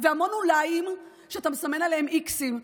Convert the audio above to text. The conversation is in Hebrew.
והמון אולי שאתה מסמן עליהם איקסים,